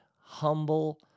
humble